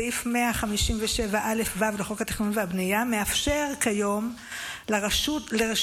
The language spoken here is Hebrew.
סעיף 157א(ו) לחוק התכנון והבנייה מאפשר כיום לרשות